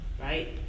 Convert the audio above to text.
right